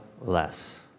less